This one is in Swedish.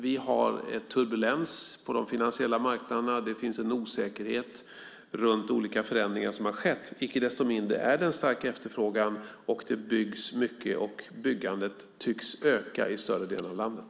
Vi har turbulens på de finansiella marknaderna. Det finns en osäkerhet runt olika förändringar som har skett. Icke desto mindre är det en stark efterfrågan. Det byggs mycket, och byggandet tycks öka i större delen av landet.